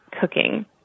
cooking